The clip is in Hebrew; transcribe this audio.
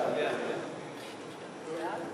ההצעה לכלול את הנושא בסדר-היום של הכנסת נתקבלה.